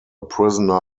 prisoner